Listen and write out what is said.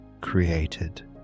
created